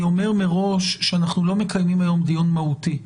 אני אומר מראש שאנחנו לא מקיימים היום דיון מהותי.